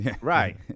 Right